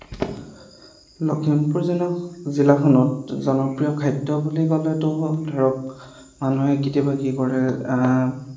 লখিমপুৰ জিলা জিলাখনত জনপ্ৰিয় খাদ্য বুলি ক'লেতো ধৰক মানুহে কেতিয়াবা কি কৰে